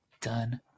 done